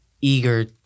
eager